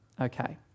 Okay